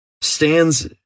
stands